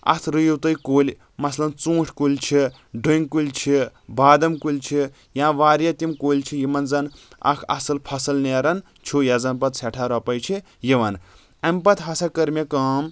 اتھ رُیِو تُہۍ کُلۍ مثلن ژوٗنٛٹھۍ کُلۍ چھِ ڈونۍ کُلۍ چھِ بادم کُلۍ چھِ یا واریاہ تِم کُلۍ چھِ یِمن زن اکھ اَصٕل فصٕل نیران چھُ یتھ زَن پتہٕ سیٹھاہ رۄپاے چھِ یِوان اَمہِ پتہٕ ہسا کٔر مےٚ کٲم